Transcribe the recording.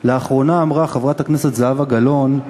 לאחרונה אמרה חברת הכנסת זהבה גלאון,